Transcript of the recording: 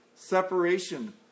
Separation